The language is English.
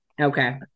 okay